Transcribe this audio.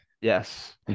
Yes